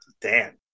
Dan